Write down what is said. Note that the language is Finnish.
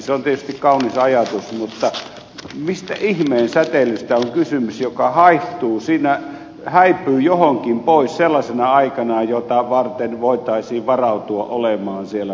se on tietysti kaunis ajatus mutta mistä ihmeen säteilystä on kysymys joka haihtuu häipyy johonkin pois sellaisena aikana jota varten voitaisiin varautua olemaan siellä väestönsuojassa